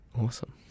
Awesome